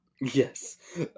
Yes